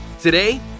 Today